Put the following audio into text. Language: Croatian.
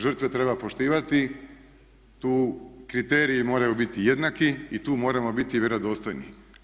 Žrtve treba poštivati, tu kriteriji moraju biti jednaki i tu moramo biti vjerodostojni.